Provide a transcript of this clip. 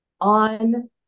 on